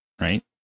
Right